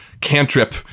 cantrip